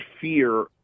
fear